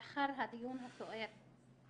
לאחר הדיון הסוער.